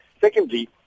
Secondly